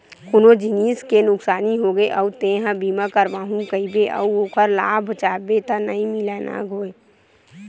कोनो जिनिस के नुकसानी होगे अउ तेंहा बीमा करवाहूँ कहिबे अउ ओखर लाभ चाहबे त नइ मिलय न गोये